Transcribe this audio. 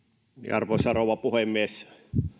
arvoisa rouva puhemies